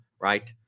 right